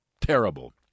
terrible